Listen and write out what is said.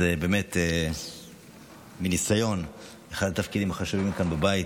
אז מניסיון, זה אחד התפקידים החשובים כאן בבית,